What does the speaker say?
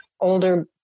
older